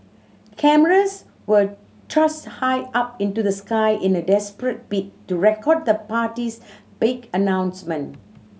cameras were thrust high up into the sky in a desperate bid to record the party's big announcement